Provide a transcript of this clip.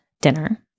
dinner